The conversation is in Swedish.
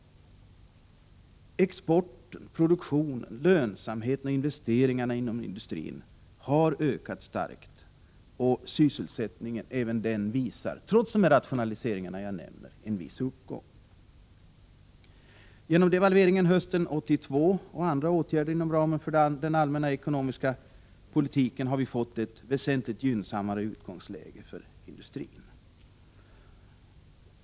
Exporten, produktionen, lönsamheten och investeringarna inom industrin har ökat starkt. Trots rationaliseringar visar även sysselsättningen en viss uppgång. Genom devalveringen hösten 1982 och andra åtgärder inom ramen för den allmänna ekonomiska politiken har vi fått ett väsentligt gynnsammare utgångsläge för industrin.